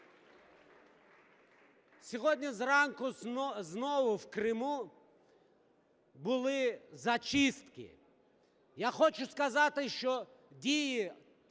Сьогодні зранку знову в Криму були зачистки. Я хочу сказати, що дії